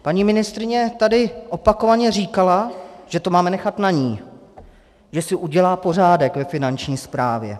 Paní ministryně tady opakovaně říkala, že to máme nechat na ní, že si udělá pořádek ve Finanční správě.